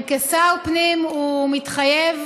כשר פנים הוא מתחייב,